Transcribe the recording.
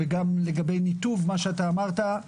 וגם לגבי ניתוב, מה שאתה אמרת.